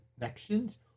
connections